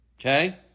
Okay